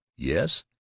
yes